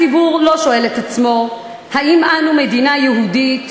הציבור לא שואל את עצמו האם אנו מדינה יהודית,